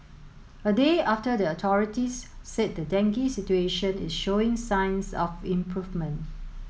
a day after the authorities said the dengue situation is showing signs of improvement